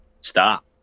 Stop